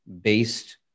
based